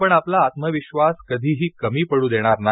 आपण आपला आत्मविश्वास कधीही कमी पडू देणार नाही